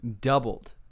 Doubled